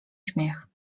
śmiech